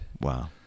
Wow